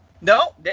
No